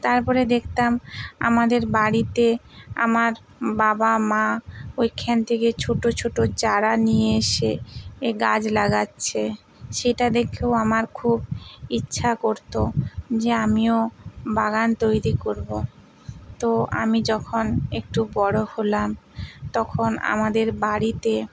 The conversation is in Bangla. তারপরে দেখতাম আমাদের বাড়িতে আমার বাবা মা ওইখান থেকে ছোটো ছোটো চারা নিয়ে এসে এ গাছ লাগাচ্ছে সেটা দেখেও আমার খুব ইচ্ছা করতো যে আমিও বাগান তৈরি করবো তো আমি যখন একটু বড়ো হলাম তখন আমাদের বাড়িতে